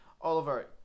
Oliver